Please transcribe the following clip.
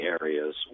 areas